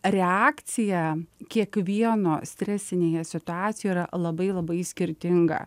reakcija kiekvieno stresinėje situacijoj yra labai labai skirtinga